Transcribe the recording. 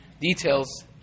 details